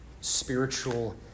spiritual